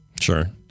Sure